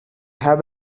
have